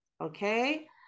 Okay